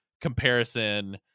comparison